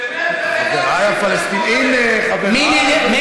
חבריי הפלסטינים, הינה, חבריי הפלסטינים.